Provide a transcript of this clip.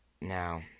Now